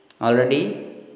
Already